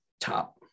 top